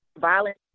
violence